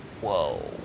whoa